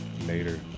later